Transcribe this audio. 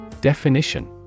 Definition